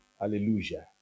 hallelujah